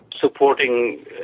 supporting